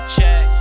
Check